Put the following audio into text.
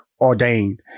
ordained